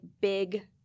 big